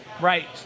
right